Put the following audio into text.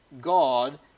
God